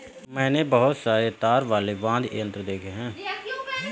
मैंने बहुत सारे तार वाले वाद्य यंत्र देखे हैं